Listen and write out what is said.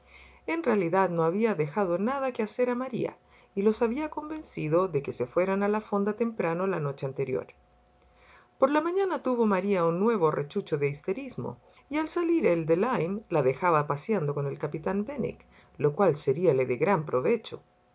en realidad no había dejado nada que hacer a maría y los había convencido de que se fueran a la fonda temprano la noche anterior por la mañana tuvo maría un nuevo arrechucho de histerismo y al salir él de lyme la dejaba paseando con el capitán benwick lo cual seríale de gran provecho